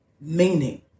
meaning